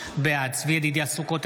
בעד צבי ידידיה סוכות,